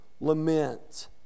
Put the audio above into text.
lament